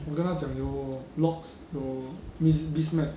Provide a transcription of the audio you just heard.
我跟他讲有 logs 有 biz biz mag